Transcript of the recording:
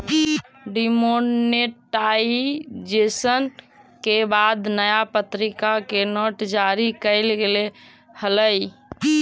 demonetisation के बाद नया प्तरीका के नोट जारी कैल गेले हलइ